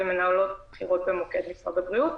ויש מנהלות בכירות במוקד משרד הבריאות.